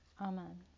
Amen